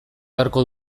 beharko